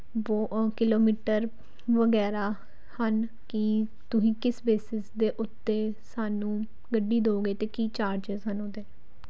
ਵੋ ਅ ਕਿਲੋਮੀਟਰ ਵਗੈਰਾ ਹਨ ਕਿ ਤੁਸੀਂ ਕਿਸ ਬੇਸਿਸ ਦੇ ਉੱਤੇ ਸਾਨੂੰ ਗੱਡੀ ਦਿਓਗੇ ਅਤੇ ਕੀ ਚਾਰਜਿਸ ਹਨ ਉਹਦੇ